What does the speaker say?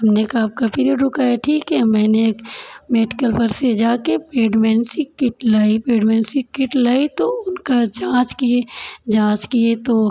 हमने कहा आपका पीरियड रुका है ठीक है मैंने एक मेडिकल पर से जाके पेडवेंसी किट लाई पेडवेंसी किट लाई तो उनका जाँच किए जाँच किए तो